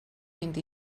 vint